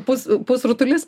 pus pusrutulis